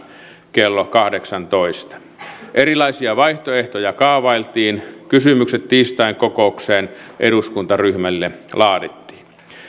kello kahdeksantoista erilaisia vaihtoehtoja kaavailtiin kysymykset tiistain kokoukseen eduskuntaryhmille laadittiin